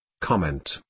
Comment